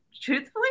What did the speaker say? truthfully